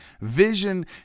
Vision